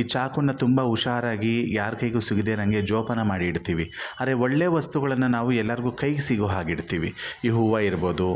ಈ ಚಾಕುನ ತುಂಬ ಹುಷಾರಾಗಿ ಯಾರ ಕೈಗೂ ಸಿಗದೇ ಇರೋಂಗೆ ಜೋಪಾನ ಮಾಡಿ ಇಡ್ತೀವಿ ಆದರೆ ಒಳ್ಳೆ ವಸ್ತುಗಳನ್ನು ನಾವು ಎಲ್ಲರಿಗೂ ಕೈೆಗೆ ಸಿಗೋ ಹಾಗಿಡ್ತೀವಿ ಈ ಹೂವು ಇರ್ಬೋದು